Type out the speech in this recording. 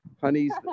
Honey's